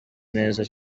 neza